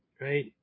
Right